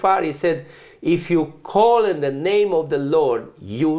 far he said if you call in the name of the lord you